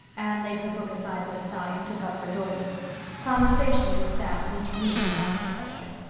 anne laid her book aside with a sigh and took up her doily conversation with sam was really out of the question.